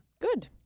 good